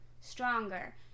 stronger